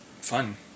fun